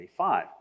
25